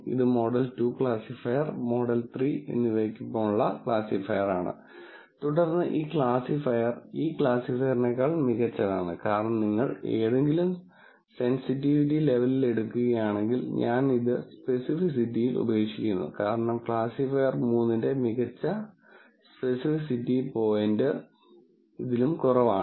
ഇത് model 2 classifier model 3 എന്നിവയ്ക്കൊപ്പമുള്ള ക്ലാസിഫയറാണ് തുടർന്ന് ഈ ക്ലാസിഫയർ ഈ ക്ലാസിഫയറിനേക്കാൾ മികച്ചതാണ് കാരണം നിങ്ങൾ ഏതെങ്കിലും സെൻസിറ്റിവിറ്റി ലെവലിൽ എടുക്കുകയാണെങ്കിൽ ഞാൻ ഇത് സ്പെസിഫിസിറ്റിയിൽ ഉപേക്ഷിക്കുന്നു കാരണം ക്ലാസിഫയർ 3 ന്റെ മികച്ച സ്പെസിസിറ്റി പോയിന്റ് ഇതിലും കുറവാണ്